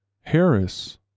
Harris